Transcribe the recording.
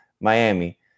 Miami